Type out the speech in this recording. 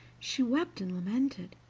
she wept and lamented,